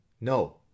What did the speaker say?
No